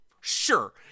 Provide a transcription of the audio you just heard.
sure